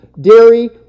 dairy